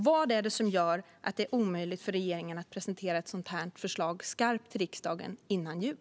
Vad är det som gör att det är omöjligt för regeringen att presentera ett skarpt förslag till riksdagen före jul?